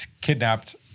kidnapped